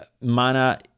Mana